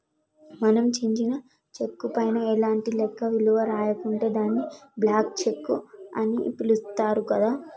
మనం చించిన చెక్కు పైన ఎలాంటి లెక్క విలువ రాయకుంటే దాన్ని బ్లాంక్ చెక్కు అని పిలుత్తారు గదా